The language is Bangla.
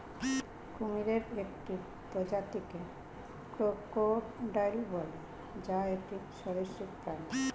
কুমিরের একটি প্রজাতিকে ক্রোকোডাইল বলে, যা একটি সরীসৃপ প্রাণী